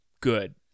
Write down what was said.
good